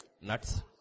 Nuts